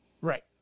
Right